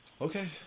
Okay